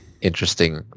interesting